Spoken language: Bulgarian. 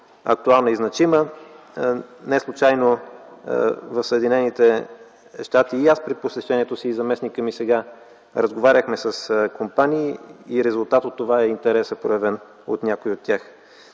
актуална и значима. Неслучайно в Съединените щати и аз при посещението си, и сега заместникът ми разговаряхме с компании, и резултат от това е интересът, проявен от някои от тях.